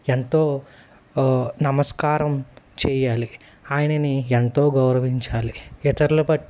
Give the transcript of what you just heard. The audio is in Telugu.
ఎంతో నమస్కారం చేయాలి ఆయనని ఎంతో గౌరవించాలి ఇతరుల బట్